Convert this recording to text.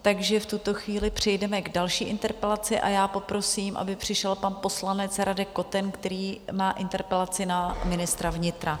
Takže v tuto chvíli přejdeme k další interpelaci a já poprosím, aby přišel pan poslanec Radek Koten, který má interpelaci na ministra vnitra.